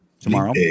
tomorrow